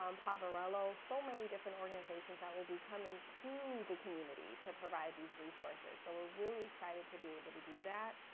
um poverello so many different organizations that will be coming to the community to provide these resources. so we're really excited to be able to do that.